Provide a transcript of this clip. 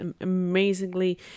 amazingly